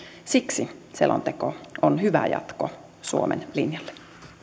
siksi selonteko on hyvä jatko suomen linjalle